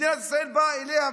מדינת ישראל באה אליה ועליה.